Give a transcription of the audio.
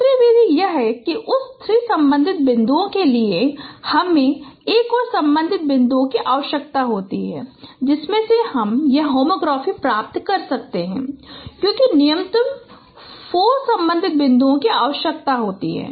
दूसरी विधि यह है कि उस 3 संबंधित बिंदु के लिए हमें एक और संबंधित बिंदु की आवश्यकता होती है जिसमें से हम यह होमोग्राफी प्राप्त कर सकते हैं क्योंकि न्यूनतम 4 संबंधित बिंदु की आवश्यकता होती है